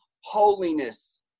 holiness